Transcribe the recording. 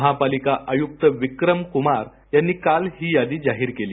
महापालिका आयुक्त विक्रम क्मार यांनी काल ही यादी जाहीर केली